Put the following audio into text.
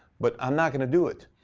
but i'm not going to do it.